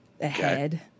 ahead